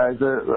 guys